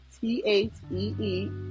t-h-e-e